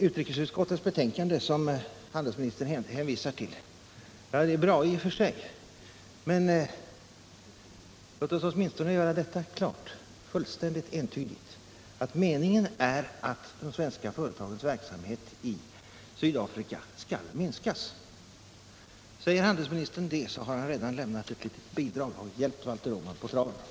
Utrikesutskottets betänkande, som handelsministern hänvisar till, är bra i och för sig, men låt oss göra det fullständigt entydigt klart, att meningen är att de svenska företagens verksamhet i Sydafrika skall minskas! Säger handelsministern det, har han redan lämnat ett litet bidrag till att hjälpa Valter Åman på traven.